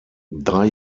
drei